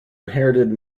inherited